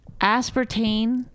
Aspartame